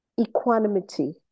equanimity